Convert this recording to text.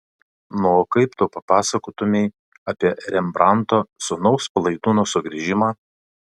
na o kaip tu papasakotumei apie rembrandto sūnaus palaidūno sugrįžimą